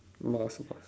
mass மாஸ்:maas maas